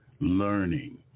learning